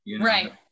Right